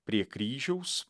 prie kryžiaus